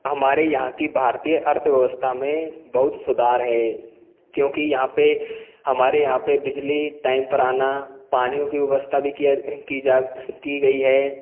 हमारे यहाँ की भारतीय अर्थव्यवस्था में बहुत सुधार है क्योंकि यहाँ पे हमारे यहाँ पे बिजली टाइम पर आना पानियों की व्यवस्था भी की है की जा की गई है